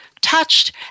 touched